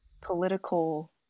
political